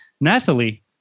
Nathalie